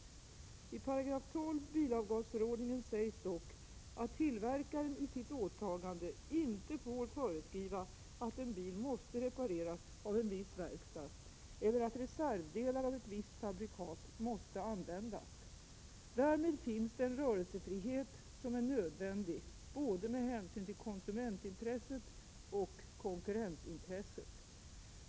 I 12 § bilavgasförordningen sägs dock att tillverkaren i sitt åtagande inte får föreskriva att en bil måste repareras av en viss verkstad eller att reservdelar av ett visst fabrikat måste användas. Därmed finns det en rörelsefrihet som är nödvändig med hänsyn till både konsumentintresset och konkurrensintresset.